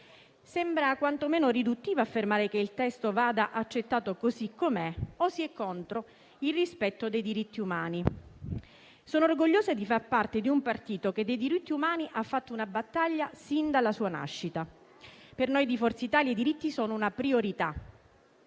Sembra quantomeno riduttivo affermare che il testo deve essere accettato così com'è, altrimenti si è contro il rispetto dei diritti umani. Sono orgogliosa di far parte di un partito che dei diritti umani ha fatto una battaglia sin dalla sua nascita. Per noi di Forza Italia i diritti sono una priorità,